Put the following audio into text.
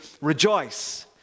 rejoice